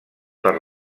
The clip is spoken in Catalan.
per